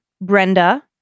Brenda